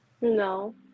No